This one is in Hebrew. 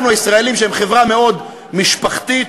אנחנו הישראלים חברה מאוד משפחתית,